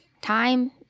Time